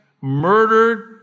murdered